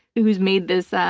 who has made this ah